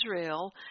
Israel